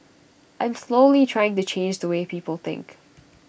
I'm slowly trying to change the way people think